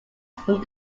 from